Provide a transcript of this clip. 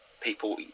people